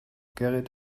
gerrit